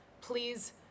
please